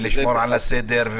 ולשמור על הסדר.